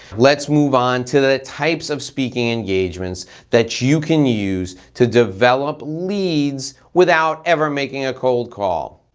let's move on to the types of speaking engagements that you can use to develop leads without ever making a cold call.